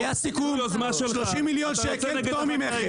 היה סיכום של 30 מיליון שקל פטור ממכס,